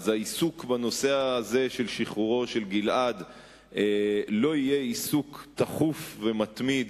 העיסוק בנושא הזה של שחרורו של גלעד לא יהיה עיסוק תכוף ומתמיד